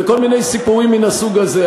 וכל מיני סיפורים מן הסוג הזה.